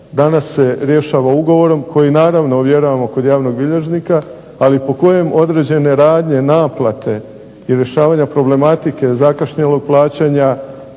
danas se rješava ugovorom koji naravno ovjeravamo kod javnog bilježnika, ali po kojem određene radnje naplate i rješavanja problematike zakašnjelog plaćanja,